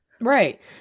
Right